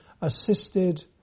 assisted